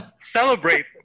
celebrate